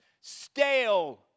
stale